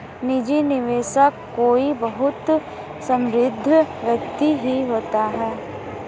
निजी निवेशक कोई बहुत समृद्ध व्यक्ति ही होता है